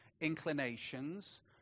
inclinations